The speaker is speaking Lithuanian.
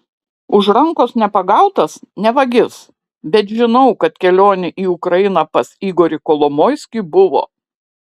už rankos nepagautas ne vagis bet žinau kad kelionė į ukrainą pas igorį kolomoiskį buvo